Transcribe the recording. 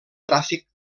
tràfic